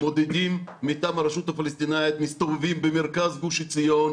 מודדים מטעם הרשות הפלסטינית מסתובבים במרכז גוש עציון,